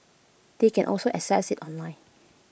they can also access IT online